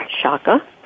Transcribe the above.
Shaka